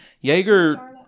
Jaeger